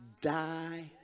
die